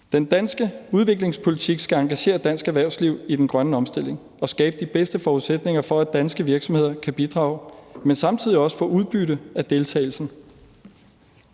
Den danske udviklingspolitik skal engagere dansk erhvervsliv i den grønne omstilling og skabe de bedste forudsætninger for, at danske virksomheder kan bidrage, men samtidig også få udbytte af deltagelsen.